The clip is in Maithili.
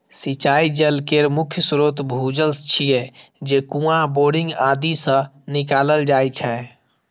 सिंचाइ जल केर मुख्य स्रोत भूजल छियै, जे कुआं, बोरिंग आदि सं निकालल जाइ छै